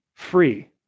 free